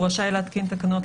הוא רשאי להתקין תקנות.